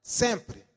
sempre